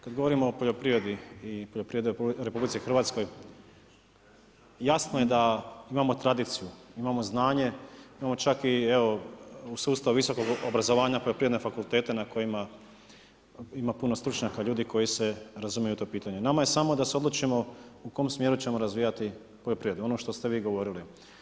Kad govorimo o poljoprivredi i poljoprivredi u RH, jasno je da imamo tradiciju, imamo znanje imamo čak i evo u sustavu visokog obrazovanja poljoprivredne fakultete na kojima ima puno stručnjaka, ljudi koji se razumiju u to pitanje, nama je samo da se odlučimo u kom smjeru ćemo razvijati poljoprivredu, ono što ste vi govorili.